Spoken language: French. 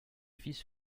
fils